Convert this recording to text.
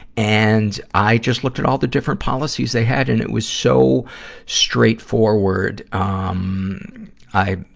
and, i just looked at all the different policies they had and it was so straight-forward. um i,